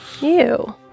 Ew